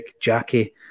Jackie